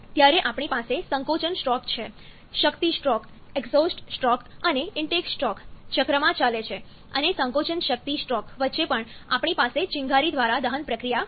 ત્યારે આપણી પાસે સંકોચનસ્ટ્રોક છે શક્તિ સ્ટ્રોક એક્ઝોસ્ટ સ્ટ્રોક અને ઇન્ટેક સ્ટ્રોક ચક્રમાં ચાલે છે અને સંકોચનશક્તિ સ્ટ્રોક વચ્ચે પણ આપણી પાસે ચિનગારી દ્વારા દહન પ્રક્રિયા છે